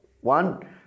one